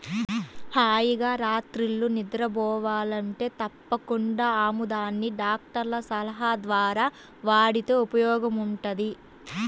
హాయిగా రాత్రిళ్ళు నిద్రబోవాలంటే తప్పకుండా ఆముదాన్ని డాక్టర్ల సలహా ద్వారా వాడితే ఉపయోగముంటది